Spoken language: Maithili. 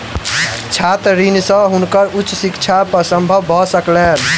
छात्र ऋण से हुनकर उच्च शिक्षा संभव भ सकलैन